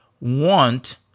want